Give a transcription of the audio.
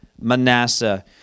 Manasseh